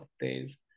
days